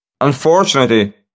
Unfortunately